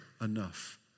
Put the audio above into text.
enough